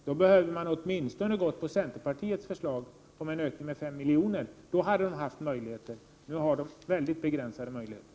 Då hade man åtminstone behövt biträda centerns förslag om en ökning med 5 miljoner. I så fall hade myndigheten haft möjligheter att lämna bidrag — nu är möjligheterna mycket begränsade.